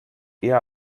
eher